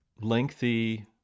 lengthy